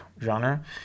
genre